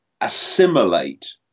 assimilate